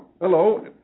Hello